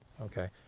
okay